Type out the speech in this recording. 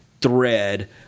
thread